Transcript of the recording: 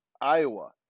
Iowa